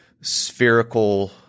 spherical